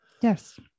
Yes